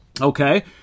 Okay